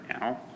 now